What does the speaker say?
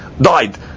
died